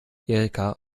erika